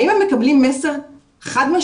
האם הם מקבלים מסר חד-משמעי?